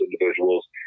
individuals